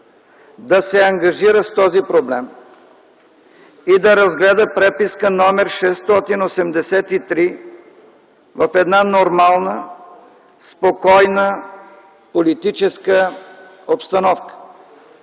да се ангажира с този проблем и да разгледа преписка № 683 в една нормална, спокойна, политическа обстановка.